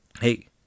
Hey